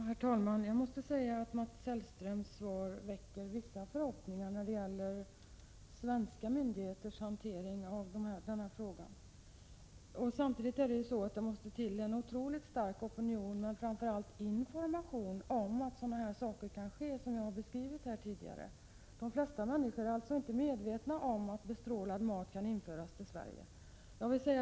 Herr talman! Jag måste säga att Mats Hellströms svar väcker vissa förhoppningar när det gäller svenska myndigheters sätt att hantera den här frågan. Men det måste också till en otroligt stark opinion samt framför allt information om att bestrålad mat kan införas till Sverige. De flesta människor är inte medvetna om risken.